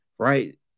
right